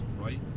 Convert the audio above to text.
right